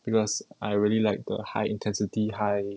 because I really like the high intensity high